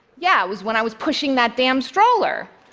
yeah, it was when i was pushing that damn stroller.